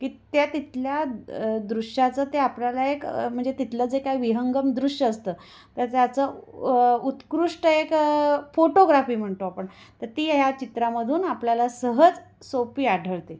की त्या तिथल्या दृश्याचं ते आपल्याला एक म्हणजे तिथलं जे काय विहंगम दृश्य असतं तर त्याचं उत्कृष्ट एक फोटोग्राफी म्हणतो आपण तर ती ह्या चित्रामधून आपल्याला सहज सोपी आढळते